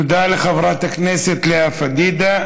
תודה לחברת הכנסת לאה פדידה.